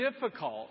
difficult